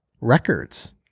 records